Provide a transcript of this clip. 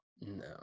No